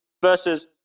versus